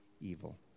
evil